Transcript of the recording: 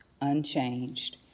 unchanged